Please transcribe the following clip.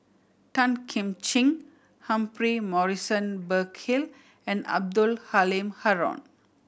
Tan Kim Ching Humphrey Morrison Burkill and Abdul Halim Haron